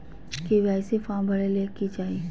KYC form भरे ले कि चाही?